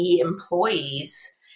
employees